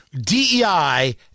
DEI